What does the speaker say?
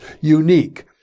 unique